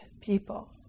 people